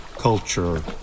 culture